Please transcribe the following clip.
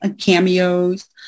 cameos